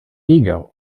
eger